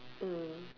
mm